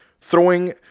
throwing